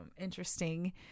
interesting